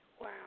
Wow